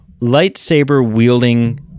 lightsaber-wielding